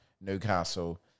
Newcastle